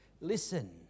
listen